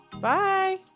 bye